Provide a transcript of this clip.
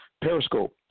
Periscope